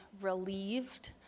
relieved